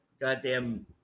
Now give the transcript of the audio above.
goddamn